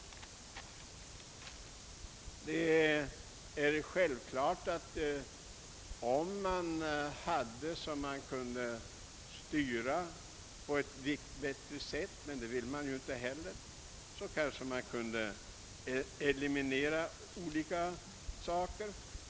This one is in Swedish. Det är självklart att, om man hade möjlighet att styra det hela på ett bättre sätt — men det vill man ju inte heller — kanske man kunde eliminera vissa olägenheter.